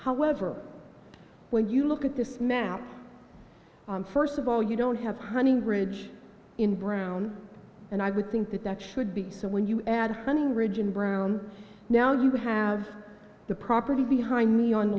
however when you look at this map first of all you don't have honey ridge in brown and i would think that that should be so when you add honey ridge and brown now you have the property behind me on the